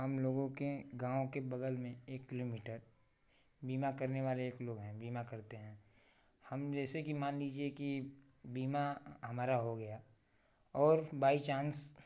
हम लोगों के गाँव के बगल में एक किलोमीटर बीमा करने वाले एक लोग हैं बीमा करते हैं हम जैसे कि मान लीजिए की बीमा हमारा हो गया और बाइ चांस